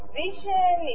vision